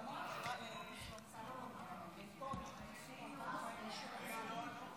אינו נוכח.